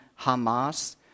Hamas